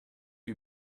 wie